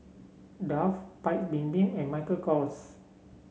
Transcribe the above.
Dove Paik's Bibim and Michael Kors